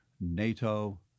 NATO